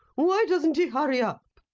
why doesn't he hurry up?